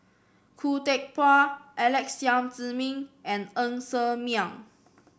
Khoo Teck Puat Alex Yam Ziming and Ng Ser Miang